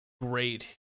great